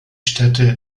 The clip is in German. städte